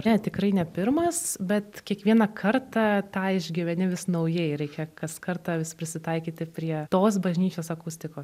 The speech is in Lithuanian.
ne tikrai ne pirmas bet kiekvieną kartą tą išgyveni vis naujai reikia kaskartą vis prisitaikyti prie tos bažnyčios akustikos